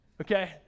okay